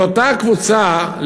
לאותה קבוצה,